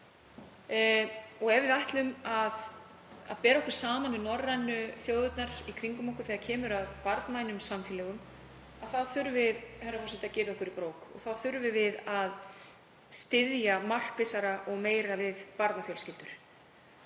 ef við ætlum að bera okkur saman við norrænu þjóðirnar í kringum okkur þegar kemur að barnvænum samfélögum, þurfum við, herra forseti, að gyrða okkur í brók og þá þurfum við að styðja markvissara og meira við barnafjölskyldur.